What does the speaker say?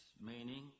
meaning